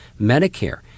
Medicare